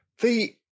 The-